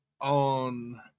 on